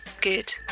good